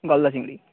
গলদা চিংড়ি